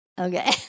Okay